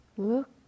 Look